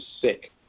sick